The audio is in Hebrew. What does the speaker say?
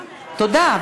תודה,